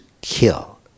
kill